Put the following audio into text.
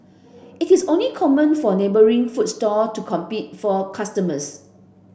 it is only common for neighbouring food stall to compete for customers